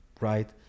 Right